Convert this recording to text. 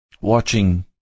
Watching